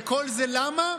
וכל זה למה?